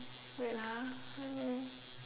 wait ah let me